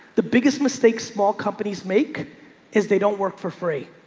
the biggest mistake small companies make is they don't work for free.